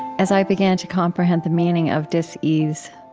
as i began to comprehend the meaning of dis ease,